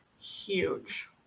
huge